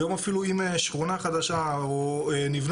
היום אפילו אם שכונה חדשה נבנית,